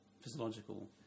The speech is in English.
physiological